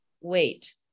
wait